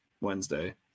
Wednesday